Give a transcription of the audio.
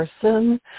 person